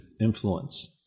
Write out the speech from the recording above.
influence